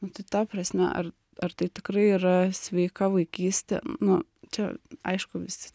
nu tai ta prasme ar ar tai tikrai yra sveika vaikystė nu čia aišku visi